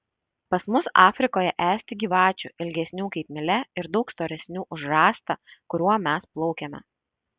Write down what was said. pas mus afrikoje esti gyvačių ilgesnių kaip mylia ir daug storesnių už rąstą kuriuo mes plaukiame